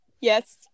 Yes